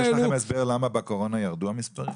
יש לכם הסבר למה בקורונה ירדו המספרים?